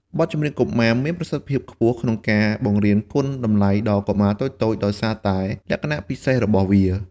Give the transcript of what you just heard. បទចម្រៀងកុមារមានប្រសិទ្ធភាពខ្ពស់ក្នុងការបង្រៀនគុណតម្លៃដល់កុមារតូចៗ ដោយសារតែលក្ខណៈពិសេសរបស់វា។